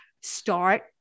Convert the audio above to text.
start